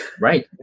Right